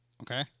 Okay